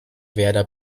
werder